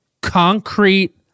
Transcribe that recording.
concrete